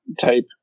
type